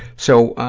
so,